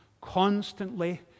constantly